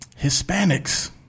Hispanics